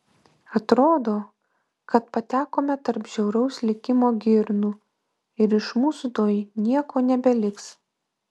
atrodo kad patekome tarp žiauraus likimo girnų ir iš mūsų tuoj nieko nebeliks